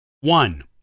one